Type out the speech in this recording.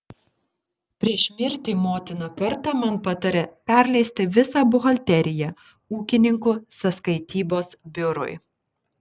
prieš mirtį motina kartą man patarė perleisti visą buhalteriją ūkininkų sąskaitybos biurui